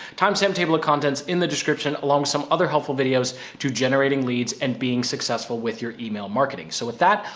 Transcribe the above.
timestamp table of contents in the description along some other helpful videos to generating leads and being successful with your email marketing. so with that,